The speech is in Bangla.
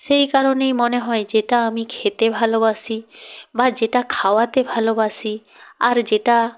সেই কারণেই মনে হয় যেটা আমি খেতে ভালোবাসি বা যেটা খাওয়াতে ভালোবাসি আর যেটা